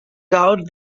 doubt